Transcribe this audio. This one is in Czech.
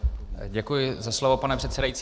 Děkuji za slovo, pane předsedající.